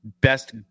best